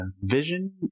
vision